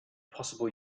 possible